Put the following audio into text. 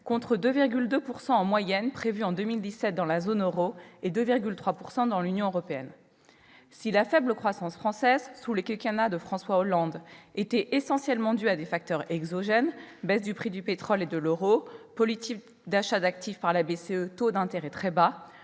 contre 2,2 % prévu en 2017 en moyenne dans la zone euro et 2,3 % dans l'Union européenne. Si la faible croissance française, sous le quinquennat de François Hollande, était essentiellement due à des facteurs exogènes - baisse du prix du pétrole et de l'euro, politique d'achats d'actifs par la BCE, la Banque centrale